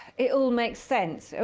it all makes sense.